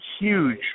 huge